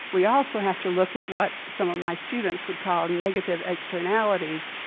we also have to look at what some of my students would call negative externalities.